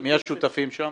מי השותפים שם?